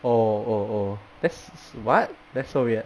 oh oh oh that's what that's so weird